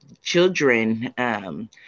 children